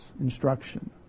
Instruction